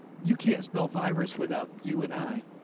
you can't spell virus without you and i.